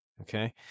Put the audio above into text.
okay